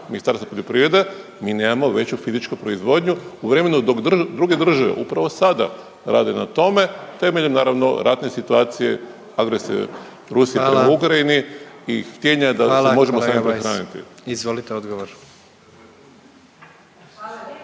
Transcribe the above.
Ministarstva poljoprivrede mi nemamo veću fizičku proizvodnju u vremenu dok druge države upravo sada rade na tome, temeljem naravno ratne situacije agresije Rusije prema …/Upadica predsjednik: Hvala./… Ukrajini i htjenja da se …/Upadica